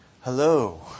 Hello